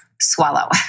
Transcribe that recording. swallow